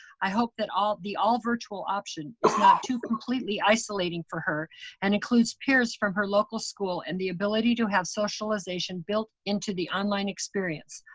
i hope that the all virtual option is not too completely isolating for her and includes peers from her local school and the ability to have socialization built into the online experience.